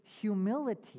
humility